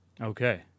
Okay